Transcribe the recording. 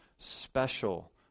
special